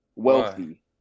Wealthy